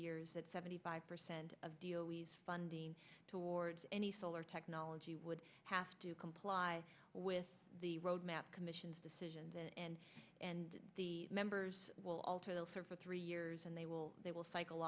years that seventy five percent of deal is funding towards any solar technology would have to comply with the roadmap commission's decisions and and the members will alter they'll serve for three years and they will they will cycle